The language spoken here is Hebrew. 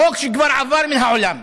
חוק שכבר עבר מן העולם.